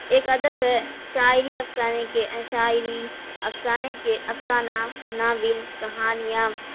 ایک ادب ہے شاعری افسانے کے شاعری افسانے کے افسانہ ناول کہانیاں